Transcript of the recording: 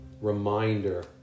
reminder